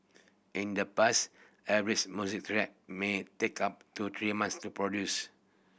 in the past every music track may take up to three months to produce